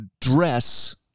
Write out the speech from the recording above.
dress